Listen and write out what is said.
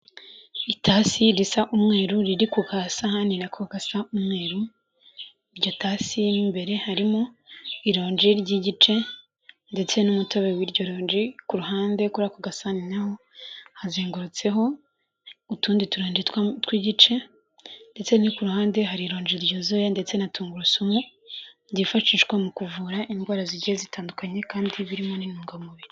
Itasi risa umweru riri ku kasahani nako gasa umweru, iryo tasi imbere harimo irongi ry'igice ndetse n'umutobe w'iryo rogi. Ku ruhande kuri ako gasahani naho hazengurutseho utundi turongi tw'igice, ndetse no ku ruhande hari rongi ryuzuye ndetse na tungurusumu, byifashishwa mu kuvura indwara zigiye zitandukanye kandi birimo n'intungamubiri.